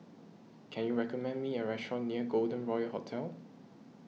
can you recommend me a restaurant near Golden Royal Hotel